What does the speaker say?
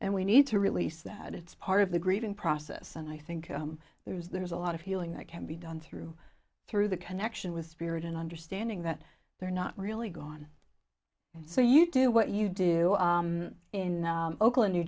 we need to release that it's part of the grieving process and i think there is there's a lot of healing that can be done through through the connection with spirit and understanding that they're not really gone so you do what you do in oakland new